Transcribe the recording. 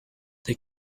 they